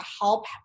help